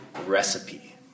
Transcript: recipe